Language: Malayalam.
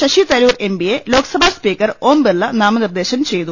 ശശിതരൂർ എംപിയെ ലോക്സഭാ സ്പീക്കർ ഓം ബിർള നാമനിർദേശം ചെയ്തു